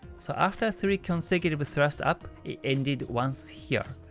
so after three consecutive thrust up, it ended once here.